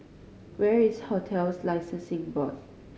where is Hotels Licensing Board